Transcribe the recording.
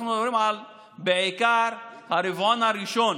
אנחנו מדברים בעיקר על הרבעון הראשון